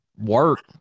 work